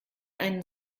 den